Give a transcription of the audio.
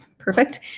Perfect